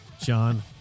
John